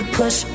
push